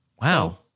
Wow